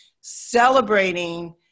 celebrating